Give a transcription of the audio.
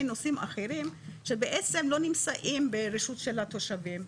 נושאים אחרים שבעצם לא נמצאים ברשות של התושבים,